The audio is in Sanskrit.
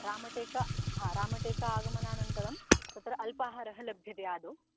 रामटेक हा रमटेक आगमनानन्तरं तत्र अल्पाहारः लभ्यते आदौ